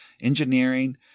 engineering